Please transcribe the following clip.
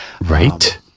Right